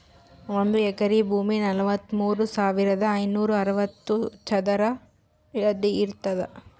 ಒಂದ್ ಎಕರಿ ಭೂಮಿ ನಲವತ್ಮೂರು ಸಾವಿರದ ಐನೂರ ಅರವತ್ತು ಚದರ ಅಡಿ ಇರ್ತದ